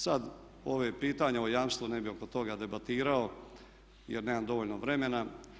Sad ovo pitanje o jamstvu ne bih oko toga debatirao, jer nemam dovoljno vremena.